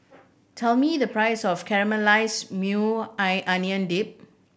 tell me the price of Caramelized Maui Onion Dip